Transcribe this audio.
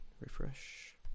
Refresh